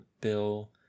bill